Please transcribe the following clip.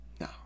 No